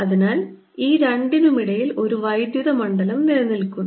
അതിനാൽ ഈ രണ്ടിനും ഇടയിൽ ഒരു വൈദ്യുത മണ്ഡലം നിലനിൽക്കുന്നു